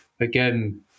Again